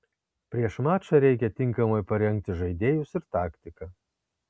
prieš mačą reikia tinkamai parengti žaidėjus ir taktiką